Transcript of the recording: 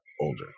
older